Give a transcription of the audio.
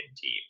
team